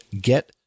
get